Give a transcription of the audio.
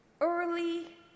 Early